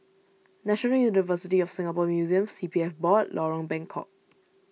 National University of Singapore Museums C P F Board and Lorong Bengkok